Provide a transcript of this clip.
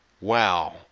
Wow